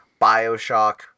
Bioshock